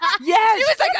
Yes